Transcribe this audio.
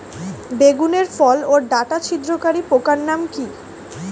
বেগুনের ফল ওর ডাটা ছিদ্রকারী পোকার নাম কি?